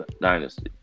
Dynasty